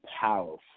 powerful